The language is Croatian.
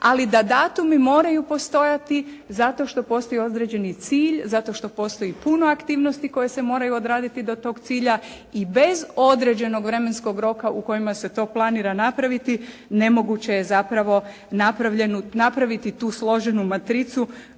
ali da datumi moraju postojati zato što postoji određeni cilj, zato što postoji puno aktivnosti koje se moraju odraditi do tog cilja i bez određenog vremenskog roka u kojima se to planira napraviti nemoguće je zapravo napraviti tu složenu matricu,